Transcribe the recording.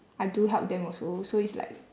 I do help them also so it's like